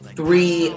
three